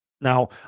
now